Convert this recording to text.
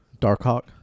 Darkhawk